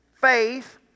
Faith